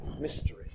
mystery